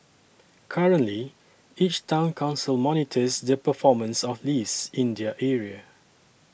currently each Town Council monitors the performance of lease in their area